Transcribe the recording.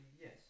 yes